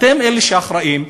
אתם אלה שאחראים,